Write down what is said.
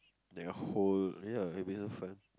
like a whole ya it'll be so fun